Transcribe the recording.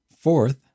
Fourth